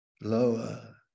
lower